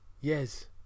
yes